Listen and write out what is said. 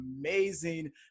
amazing